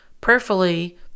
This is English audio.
prayerfully